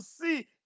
see